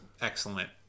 excellent